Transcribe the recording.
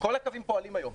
כל הקווים פועלים היום.